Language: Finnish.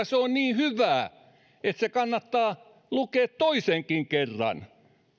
se on niin hyvä että se kannattaa lukea toisenkin kerran